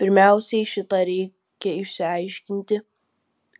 pirmiausiai šitą reikia išsiaiškinti